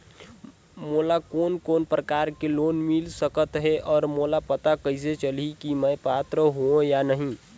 मोला कोन कोन प्रकार के लोन मिल सकही और मोला पता कइसे चलही की मैं पात्र हों या नहीं?